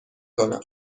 کنم